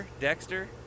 Dexter